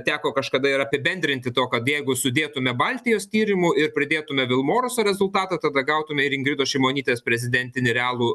teko kažkada ir apibendrinti to kad jeigu sudėtume baltijos tyrimų ir pridėtume vilmoruso rezultatą tada gautume ir ingridos šimonytės prezidentinį realų